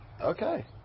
Okay